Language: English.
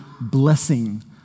blessing